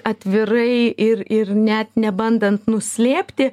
atvirai ir ir net nebandant nuslėpti